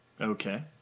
Okay